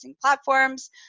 platforms